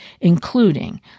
including